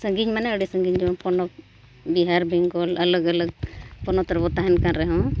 ᱥᱟᱺᱜᱤᱧ ᱢᱟᱱᱮ ᱟᱹᱰᱤ ᱥᱟᱺᱜᱤᱧᱨᱮ ᱯᱚᱱᱚᱛ ᱵᱤᱦᱟᱨ ᱵᱮᱝᱜᱚᱞ ᱟᱞᱟᱜᱽᱼᱟᱞᱟᱜᱽ ᱯᱚᱱᱚᱛ ᱨᱮᱵᱚ ᱛᱟᱦᱮᱱ ᱠᱟᱱ ᱨᱮᱦᱚᱸ